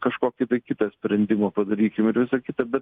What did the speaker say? kažkokį tai kitą sprendimą padarykim ir visa kita bet